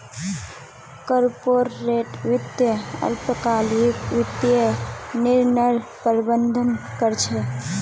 corporate वित्त अल्पकालिक वित्तीय निर्णयर प्रबंधन कर छे